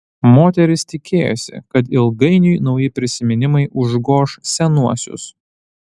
moteris tikėjosi kad ilgainiui nauji prisiminimai užgoš senuosius